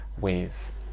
ways